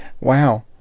Wow